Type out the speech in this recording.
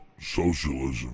socialism